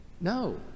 No